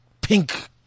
Pink